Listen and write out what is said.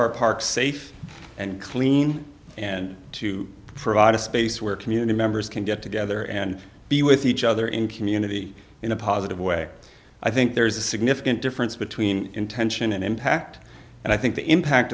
our parks safe and clean and to provide a space where community members can get together and be with each other in community in a positive way i think there's a significant difference between intention and impact and i think the impact